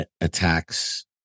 attacks